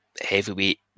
heavyweight